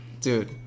dude